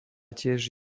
tiež